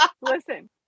Listen